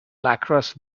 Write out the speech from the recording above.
lacrosse